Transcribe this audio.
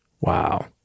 Wow